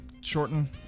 Shorten